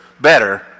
better